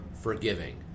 forgiving